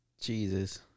Jesus